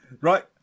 right